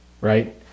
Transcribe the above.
right